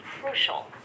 crucial